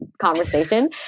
Conversation